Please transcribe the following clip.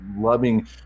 loving